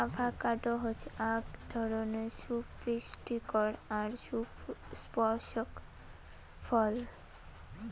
avocado হসে আক ধরণের সুপুস্টিকর আর সুপুস্পক ফল